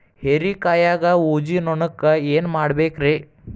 ಹೇರಿಕಾಯಾಗ ಊಜಿ ನೋಣಕ್ಕ ಏನ್ ಮಾಡಬೇಕ್ರೇ?